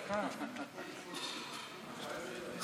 אדוני היושב-ראש, ביקשתי דעה נוספת.